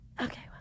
okay